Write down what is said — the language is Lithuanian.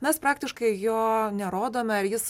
mes praktiškai jo nerodome ir jis